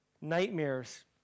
nightmares